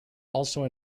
also